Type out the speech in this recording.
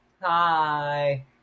hi